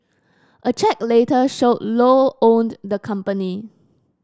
a check later showed Low owned the company